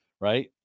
right